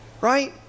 right